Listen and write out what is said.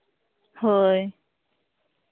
ᱦᱳᱭ